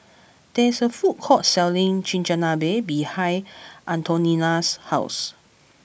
there is a food court selling Chigenabe behind Antonina's house